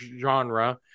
genre